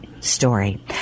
story